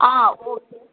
ஆ okay